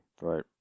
Right